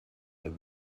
have